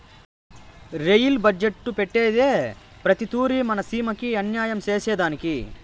rail budget పెట్టేదే ప్రతి తూరి మన సీమకి అన్యాయం సేసెదానికి